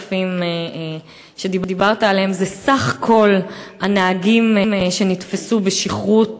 10,000 שדיברת עליהם זה סך כל הנהגים שנתפסו בשכרות